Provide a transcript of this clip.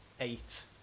eight